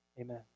amen